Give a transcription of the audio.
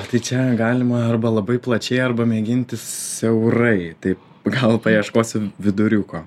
tai čia galima arba labai plačiai arba mėginti siaurai tai gal paieškosiu viduriuko